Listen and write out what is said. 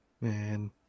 Man